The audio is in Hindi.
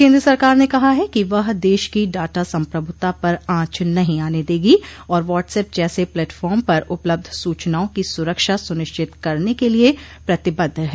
केन्द्र सरकार ने कहा है कि वह देश की डाटा संप्रभुता पर आंच नहीं आने देगी और व्हाट्सएप जैसे प्लेटफार्म पर उपलब्ध सूचनाओं की सुरक्षा सुनिश्चित करने के लिए प्रतिबद्ध है